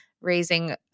raising